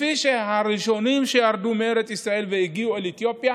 מהראשונים שירדו מארץ ישראל והגיעו לאתיופיה